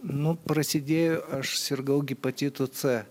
nu prasidėjo aš sirgau gipacitu c